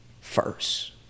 first